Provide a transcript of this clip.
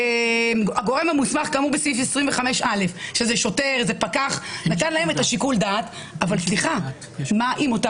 קיוויתי שבחוק יהיו קריטריונים יותר ברורים